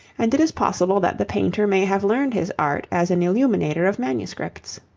and it is possible that the painter may have learned his art as an illuminator of manuscripts.